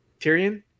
Tyrion